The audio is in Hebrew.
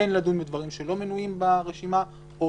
כן לדון בדברים שלא מנויים ברשימה או